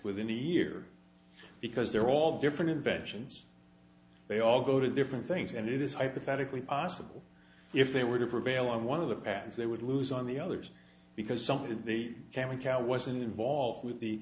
within a year because they're all different inventions they all go to different things and it is hypothetically possible if they were to prevail on one of the paths they would lose on the others because something they can make out wasn't involved with the